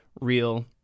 real